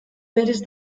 berez